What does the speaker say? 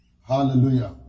Hallelujah